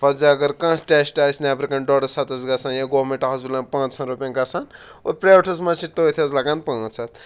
فَرضہِ اَگر کانٛہہ ٹٮ۪سٹ آسہِ نٮ۪برِ کَنۍ ڈۄڈَس ہَتَس گژھان یا گورمٮ۪نٛٹ پانٛژہَن رۄپیَن گژھان اوٚ پرٛیوٹَس منٛز چھِ تٔتھۍ حظ لَگان پانٛژھ ہَتھ